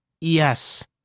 Yes